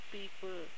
people